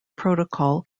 protocol